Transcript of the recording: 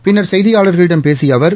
பின்னர் செய்தியாளர்களிடம் பேசிய அவர்